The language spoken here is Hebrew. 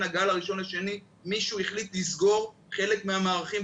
הגל הראשון לשני מישהו החליט לסגור חלק מהמערכים,